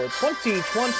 2020